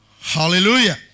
Hallelujah